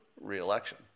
re-election